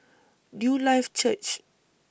Newlife Church